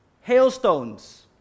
Hailstones